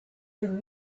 you